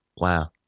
Wow